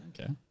okay